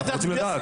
אנחנו רוצים לדעת?